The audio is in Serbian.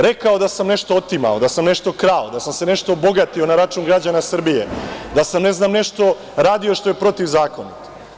Rekao je nešto da sam otimao, da sam nešto krao, da sam se nešto bogatio na račun građana Srbije, da sam, ne znam, nešto radio što je protivzakonito.